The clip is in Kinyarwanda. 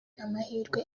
amahirwe